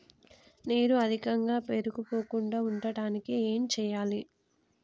నీరు అధికంగా పేరుకుపోకుండా ఉండటానికి ఏం చేయాలి?